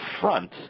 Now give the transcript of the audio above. front